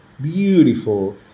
beautiful